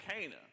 Cana